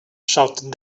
shouted